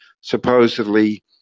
supposedly